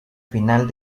final